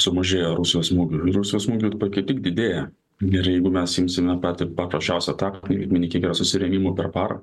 sumažėjo rusijos smūgių rusijos smūgių dabar kaip tik didėja gerai jeigu mes imsime patį paprasčiausią taktiką ribinį kiek yra susirėmimų per parą